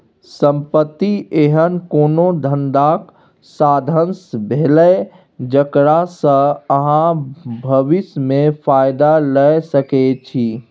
संपत्ति एहन कोनो धंधाक साधंश भेलै जकरा सँ अहाँ भबिस मे फायदा लए सकै छी